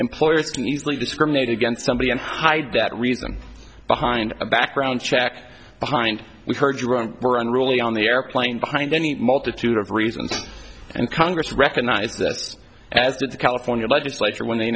employers can easily discriminate against somebody and hide that reason behind a background check behind we heard you were unruly on the airplane behind any multitude of reasons and congress recognized this as did the california legislature when they